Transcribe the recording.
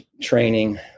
training